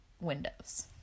windows